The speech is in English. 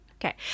Okay